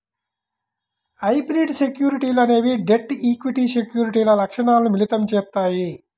hybrid సెక్యూరిటీలు అనేవి debt, equity సెక్యూరిటీల లక్షణాలను మిళితం చేత్తాయి